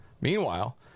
Meanwhile